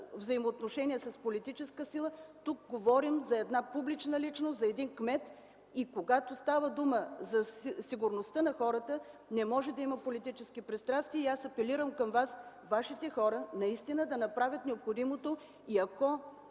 взаимоотношения с политическа сила, тук говорим за една публична личност, за един кмет. Когато става дума за сигурността на хората, не може да има политически пристрастия. Аз апелирам към Вас вашите хора наистина да направят необходимото и да